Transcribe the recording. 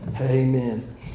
Amen